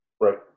right